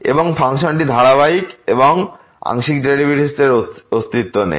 এবং ফাংশনটি ধারাবাহিক এবং আংশিক ডেরিভেটিভের অস্তিত্ব নেই